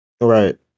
right